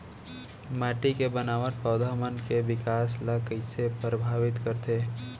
माटी के बनावट पौधा मन के बिकास ला कईसे परभावित करथे